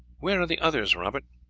where are the others, robert?